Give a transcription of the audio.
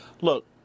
Look